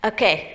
Okay